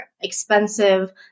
expensive